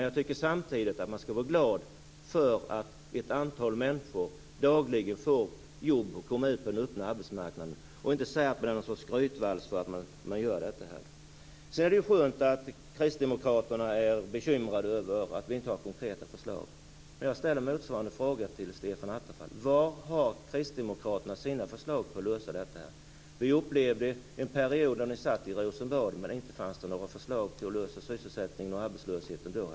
Jag tycker samtidigt att man skall vara glad för att ett antal människor dagligen får jobb och kommer ut på den öppna arbetsmarknaden. Man skall inte komma med någon sorts skrytvals för att man gör detta. Det är skönt att kristdemokraterna är bekymrade över att vi inte har konkreta förslag, men jag ställer motsvarande fråga till Stefan Attefall. Var har kristdemokraterna sina förslag till lösning? Vi upplevde en period då ni satt i Rosenbad. Inte fanns det något förslag till hur man skulle lösa sysselsättningen och arbetslösheten då heller!